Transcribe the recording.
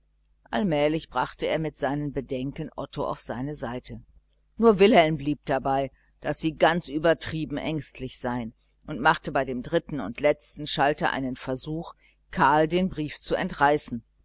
allmählich brachte er mit seinem bedenken otto auf seine seite nur wilhelm blieb dabei daß sie ganz übertrieben ängstlich seien und machte bei dem dritten und letzten schalter einen versuch karl den brief zu entreißen